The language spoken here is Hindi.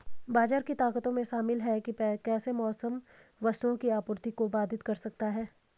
बाजार की ताकतों में शामिल हैं कि कैसे मौसम वस्तुओं की आपूर्ति को बाधित कर सकता है